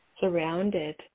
Surrounded